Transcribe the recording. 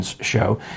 show